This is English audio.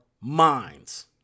minds